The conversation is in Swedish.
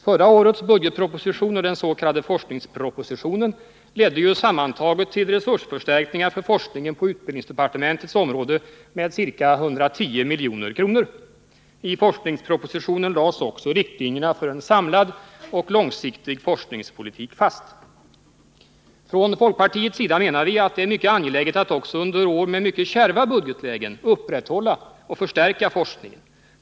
Förra årets budgetproposition och den s.k. forskningspropositionen ledde ju sammantaget till resursförstärkningar för forskningen på utbildningsdepartementets område med ca 110 milj.kr. I forskningspropositionen lades också Från folkpartiets sida menar vi att det är mycket angeläget att också under år med mycket kärva budgetlägen upprätthålla och förstärka forskningen.